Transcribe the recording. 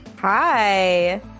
Hi